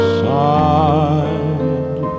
side